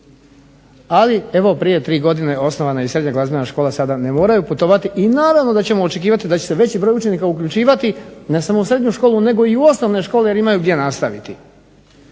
ali evo prije 3 godina osnovana je i srednja glazbena škola. Sada ne moraju putovati i naravno da ćemo očekivati da će se veći broj učenika uključivati ne samo u srednju školu nego i u osnovne škole jer imaju gdje nastaviti.